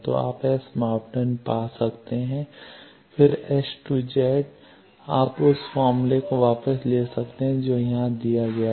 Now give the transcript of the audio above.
तो आप एस मापदंड पा सकते हैं फिर एस टू जेड आप उस फॉर्मूले को वापस ला सकते हैं जो यहां दिया गया है